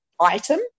item